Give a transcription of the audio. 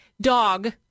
dog